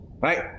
right